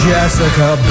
Jessica